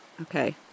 Okay